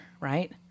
right